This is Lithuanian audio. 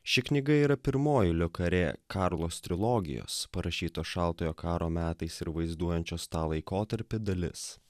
ši knyga yra pirmoji lio karė karlos trilogijos parašytos šaltojo karo metais ir vaizduojančios tą laikotarpį dalis